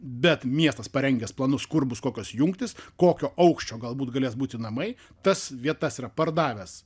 bet miestas parengęs planus kur bus kokios jungtys kokio aukščio galbūt galės būti namai tas vietas yra pardavęs